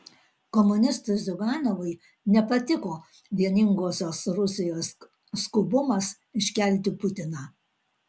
komunistui ziuganovui nepatiko vieningosios rusijos skubumas iškelti putiną